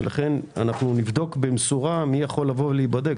אנחנו נבדוק במסורה מי יכול להיבדק.